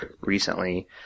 recently